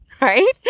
Right